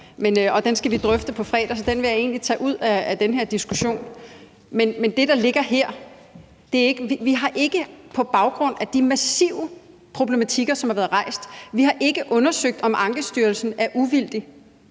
den skal vi drøfte på fredag, så den vil jeg egentlig tage ud af den her diskussion. Men vi har ikke på baggrund af de massive problematikker, som har været rejst, undersøgt, om Ankestyrelsen er uvildig.